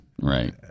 Right